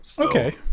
Okay